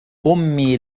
أمي